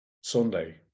Sunday